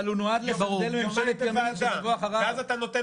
אבל הוא נועד --- כי אז אתה נותן